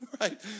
right